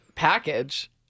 Package